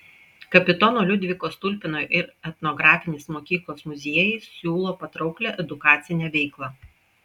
kapitono liudviko stulpino ir etnografinis mokyklos muziejai siūlo patrauklią edukacinę veiklą